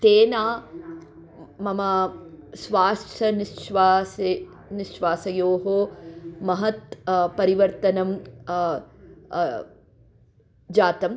तेन मम श्वास निःश्वासयोः निःश्वासे महत् परिवर्तनं जातं